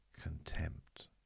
contempt